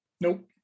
Nope